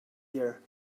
year